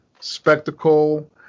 spectacle